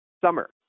summer